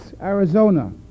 Arizona